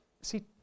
see